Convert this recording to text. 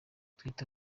kwita